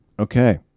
Okay